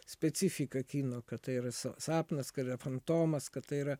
specifiką kino kad tai yra sa sapnas kad yra fantomas kad tai yra